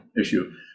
issue